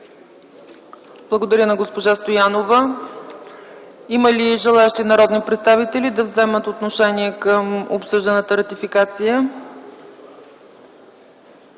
Благодаря на госпожа Стоянова. Има ли желаещи народни представители да вземат отношение по обсъжданата ратификация?